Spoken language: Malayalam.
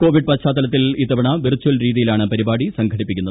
കോവിഡ് പശ്ചാത്തലത്തിൽ ഇത്തവണ വിർച്ചൽ രീതിയിലാണ് പരിപാടി സംഘടിപ്പിക്കുന്നത്